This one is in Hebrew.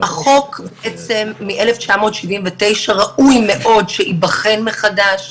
החוק מ-1979 ראוי מאוד שייבחן מחדש.